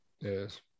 Yes